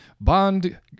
Bond